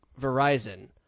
Verizon